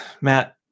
Matt